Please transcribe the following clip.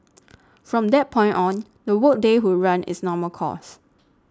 from that point on the work day would run its normal course